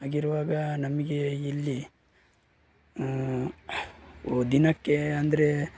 ಹಾಗಿರುವಾಗ ನಮಗೆ ಇಲ್ಲಿ ದಿನಕ್ಕೆ ಅಂದರೆ